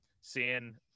seeing